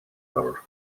north